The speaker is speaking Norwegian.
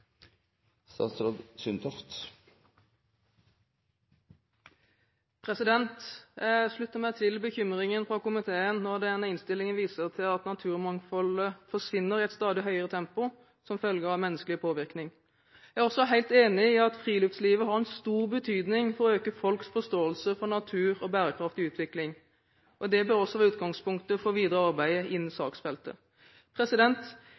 Jeg slutter meg til bekymringen fra komiteen når den i innstillingen viser til at naturmangfoldet forsvinner i et stadig høyere tempo som følge av menneskelig påvirkning. Jeg er også helt enig i at friluftslivet har en stor betydning for å øke folks forståelse for natur og bærekraftig utvikling. Dette bør også være utgangspunktet for det videre arbeidet innen